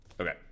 Okay